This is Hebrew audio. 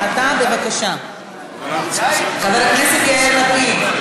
חבר הכנסת יאיר לפיד,